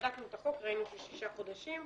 בדקנו את החוק, ראינו שזה שישה חודשים.